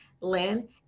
Lynn